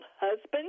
husband